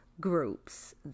groups